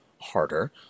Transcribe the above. harder